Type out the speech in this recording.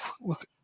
Look